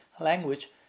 language